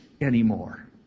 anymore